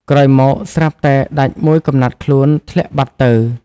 ក្រោយមកស្រាប់តែ ដាច់មួយកំណាត់ខ្លួន ធ្លាក់បាត់ទៅ។